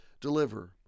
deliver